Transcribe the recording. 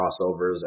crossovers